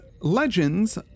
legends